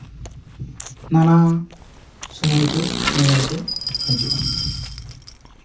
ᱱᱟᱱᱟ ᱥᱚᱢᱚᱭ ᱠᱚ ᱧᱮᱧᱮᱞ ᱠᱚ ᱦᱤᱡᱩᱜᱼᱟ